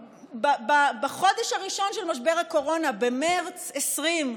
בחודש הראשון של משבר הקורונה, במרץ 2020,